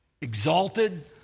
exalted